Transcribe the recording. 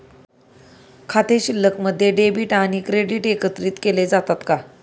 खाते शिल्लकमध्ये डेबिट आणि क्रेडिट एकत्रित केले जातात का?